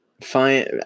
fine